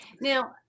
Now